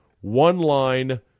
one-line